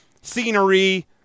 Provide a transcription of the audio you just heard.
scenery